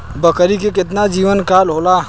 बकरी के केतना जीवन काल होला?